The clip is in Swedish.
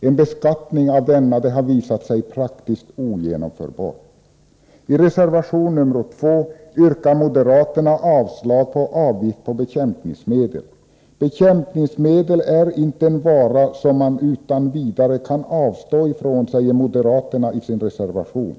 En beskattning av denna har emellertid visat sig vara praktiskt ogenomförbar. I reservation nr 2 yrkar moderaterna avslag på förslaget om avgift på bekämpningsmedel. Bekämpningsmedel är inte en vara som man utan vidare kan avstå ifrån, säger moderaterna i sin reservation.